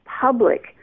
public